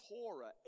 Torah